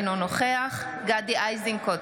אינו נוכח גדי איזנקוט,